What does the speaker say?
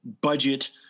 budget